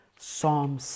Psalm